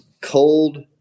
Cold